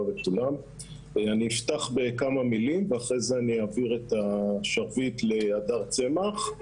אני אפתח בכמה מילים ואחרי זה אעביר את השרביט להדר צמח.